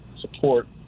support